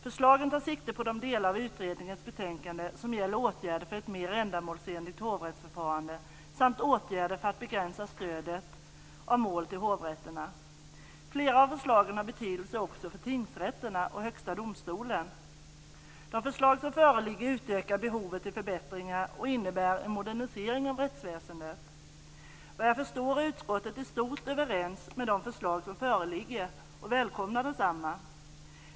Förslagen tar sikte på de delar av utredningens betänkande som gäller åtgärder för ett mer ändamålsenligt hovrättsförfarande samt åtgärder för att begränsa stödet av mål till hovrätterna. Flera av förslagen har betydelse också för tingsrätterna och högsta domstolen. De förslag som föreligger utökar behovet till förbättringar och innebär en modernisering av rättsväsendet. Såvitt jag förstår är utskottet i stort överens när det gäller de förslag som föreligger och välkomnar desamma.